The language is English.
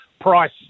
price